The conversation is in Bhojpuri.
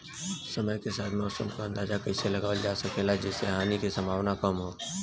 समय के साथ मौसम क अंदाजा कइसे लगावल जा सकेला जेसे हानि के सम्भावना कम हो?